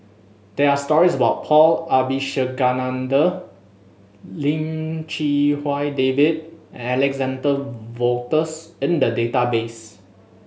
there are stories about Paul Abisheganaden Lim Chee Wai David Alexander Wolters in the database